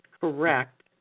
correct